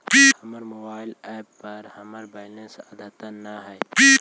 हमर mobile app पर हमर बैलेंस अद्यतन ना हई